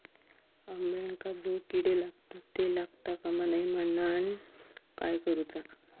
अंब्यांका जो किडे लागतत ते लागता कमा नये म्हनाण काय करूचा?